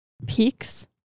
peaks